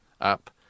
up